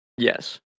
Yes